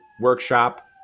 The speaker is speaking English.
workshop